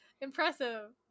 impressive